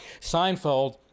Seinfeld